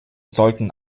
sollten